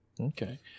Okay